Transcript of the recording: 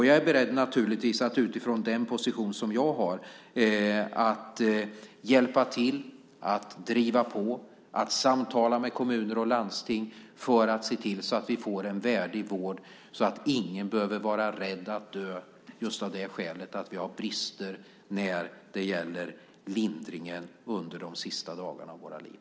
Jag är naturligtvis beredd att utifrån den position som jag har hjälpa till att driva på och att samtala med kommuner och landsting för att se till att vi får en värdig vård, så att ingen behöver vara rädd att dö just av det skälet att vi har brister när det gäller lindringen under de sista dagarna av våra liv.